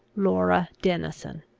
laura denison.